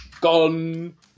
gone